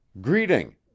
Greeting